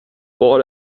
vad